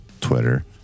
Twitter